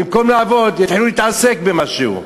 ובמקום לעבוד יתחילו להתעסק במשהו.